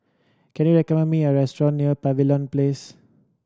can you recommend me a restaurant near Pavilion Place